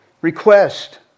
request